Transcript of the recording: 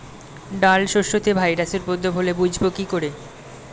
ডাল শস্যতে ভাইরাসের উপদ্রব হলে বুঝবো কি করে?